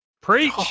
preach